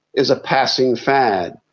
is a passing fad.